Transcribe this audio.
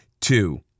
Two